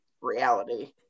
reality